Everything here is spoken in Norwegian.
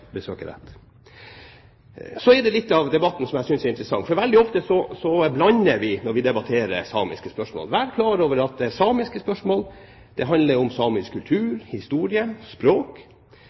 besøket der. Så er det litt av debatten som jeg synes er interessant. Veldig ofte blander vi ting når vi debatterer samiske spørsmål. Vær klar over at samiske spørsmål handler om samisk kultur, historie og språk,